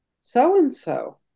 so-and-so